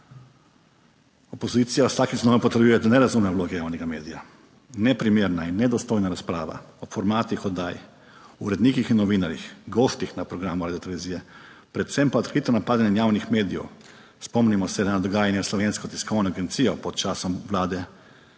Opozicija vsakič znova potrjuje, da ne razume vloge javnega medija. Neprimerna in nedostojna razprava o formatih oddaj, o urednikih in novinarjih, gostih na programu Radiotelevizije, predvsem pa odkrito napadanje javnih medijev. Spomnimo se na dogajanje s Slovensko tiskovno agencijo pod časom vlade